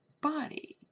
body